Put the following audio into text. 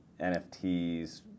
NFTs